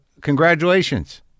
congratulations